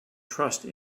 trust